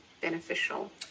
beneficial